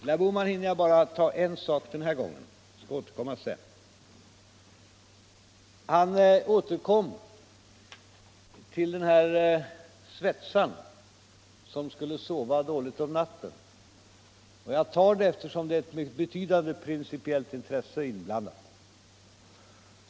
Till herr Bohman hinner jag bara säga en sak i detta inlägg. Jag skall återkomma sedan. Han återkom till svetsaren som skulle sova dåligt om natten. Jag tar upp det, eftersom det är ett betydande principiellt intresse inblandat.